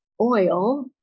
oil